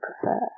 prefer